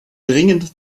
dringend